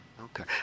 Okay